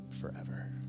forever